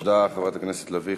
תודה, חברת הכנסת לביא.